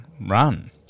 run